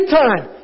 time